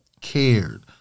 cared